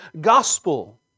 gospel